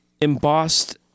embossed